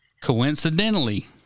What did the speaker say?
Coincidentally